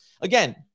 again